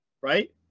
right